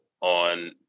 on